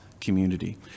community